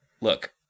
look